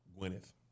Gwyneth